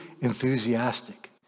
enthusiastic